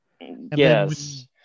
Yes